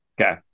Okay